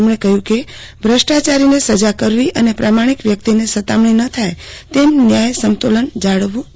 તેમણે કહ્યું કે ભ્રષ્ટાચારીને સજા કરવી અને પ્રામાણિક વ્યક્તિને સતામણી ન થાય તેમ ન્યાય સમતોલન જાળવવું જોઇએ